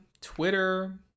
Twitter